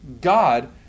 God